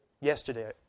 yesterday